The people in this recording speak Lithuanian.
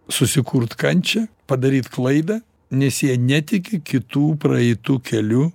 susikurt kančią padaryt klaidą nes jie netiki kitų praeitu keliu